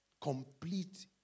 Complete